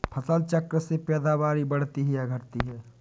फसल चक्र से पैदावारी बढ़ती है या घटती है?